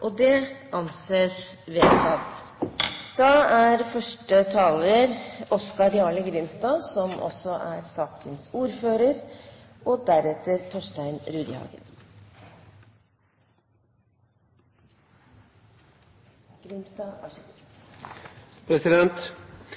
– Det anses vedtatt.